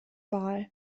wahl